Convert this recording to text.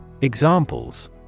Examples